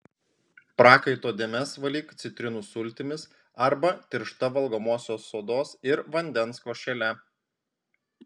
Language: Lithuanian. prakaito dėmes valyk citrinų sultimis arba tiršta valgomosios sodos ir vandens košele